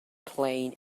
playing